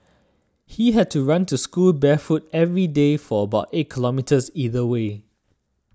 he had to run to school barefoot every day for about eight kilometres either way